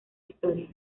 historia